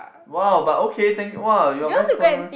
!wow! but okay thank !wah! you're very tolerant